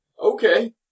okay